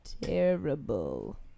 terrible